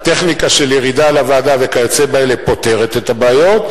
הטכניקה של ירידה לוועדה וכיוצא באלה פותרת את הבעיות,